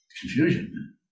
confusion